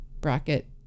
bracket